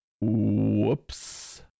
Whoops